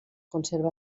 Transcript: conserva